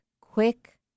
quick